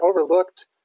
overlooked